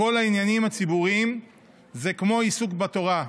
אז כל העניינים הציבוריים זה כמו עיסוק בתורה,